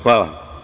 Hvala.